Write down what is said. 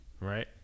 Right